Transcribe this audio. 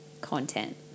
content